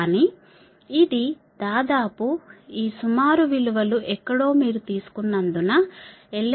కానీ ఇది దాదాపు ఈ సుమారు విలువ లు ఎక్కడో మీరు తీసుకున్నందున lnDrlnDr